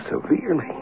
severely